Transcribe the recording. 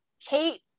Kate